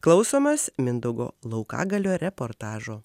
klausomės mindaugo laukagalių reportažo